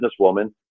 businesswoman